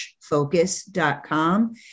focus.com